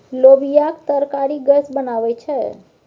लोबियाक तरकारी गैस बनाबै छै